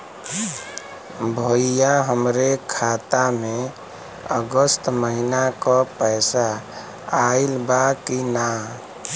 भईया हमरे खाता में अगस्त महीना क पैसा आईल बा की ना?